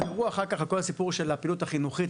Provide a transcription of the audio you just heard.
ותדברו אחר-כך על כל הסיפור של הפעילות החינוכית,